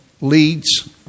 leads